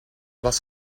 was